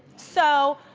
so,